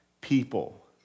people